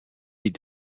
die